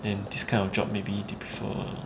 then this kind of job maybe they prefer